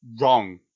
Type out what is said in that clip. Wrong